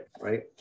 right